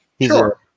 Sure